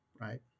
right